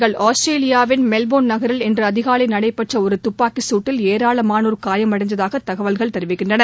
இருவரிச்செய்திகள் ஆஸ்திரேலியாவின் மெல்போன் நகரில் இன்று அதிகாலை நடைபெற்ற ஒரு துப்பாக்கிச்சுட்டில் ஏராளமானோர் காயமடைந்ததாக தகவல்கள் தெரிவிக்கின்றன